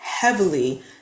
heavily